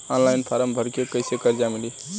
Online form भर के कैसे कर्जा मिली?